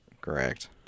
Correct